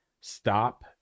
stop